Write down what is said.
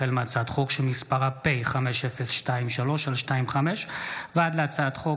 החל בהצעת חוק פ/5023/25 וכלה בהצעת חוק